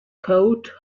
coat